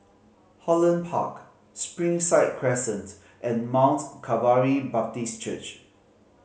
Holland Park Springside Crescent and Mount Calvary Baptist Church